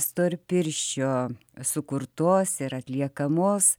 storpirščio sukurtos ir atliekamos